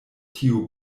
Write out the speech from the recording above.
tiu